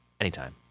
anytime